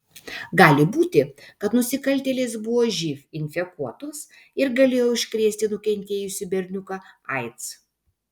gali būti kad nusikaltėlės buvo živ infekuotos ir galėjo užkrėsti nukentėjusį berniuką aids